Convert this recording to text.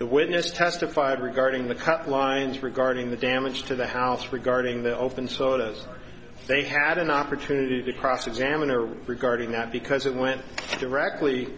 the witness testified regarding the cut lines regarding the damage to the house regarding the open so that they had an opportunity to cross examine or regarding that because it went directly